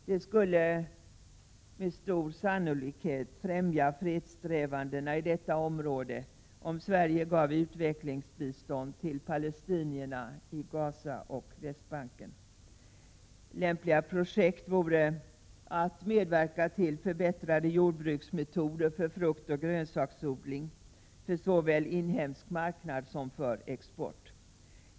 Det skulle med stor sannolikhet främja fredssträvanden i detta område om Sverige gav utvecklingsbistånd till palestinierna i Gaza och på Västbanken. Lämpliga projekt vore medverkan till förbättrade jordbruksmetoder för fruktoch grönsaksodling såväl för inhemsk marknad som för export.